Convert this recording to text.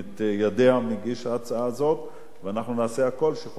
מגיש ההצעה הזאת ואנחנו נעשה הכול שחוקים מסוג